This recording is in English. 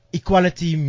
equality